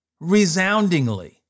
resoundingly